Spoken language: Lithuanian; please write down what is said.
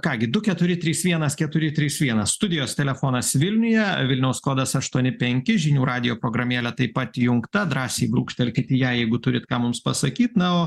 ką gi du keturi trys vienas keturi trys vienas studijos telefonas vilniuje vilniaus kodas aštuoni penki žinių radijo programėlė taip pat įjungta drąsiai brūkštelkit į ją jeigu turit ką mums pasakyt na o